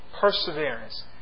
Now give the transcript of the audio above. perseverance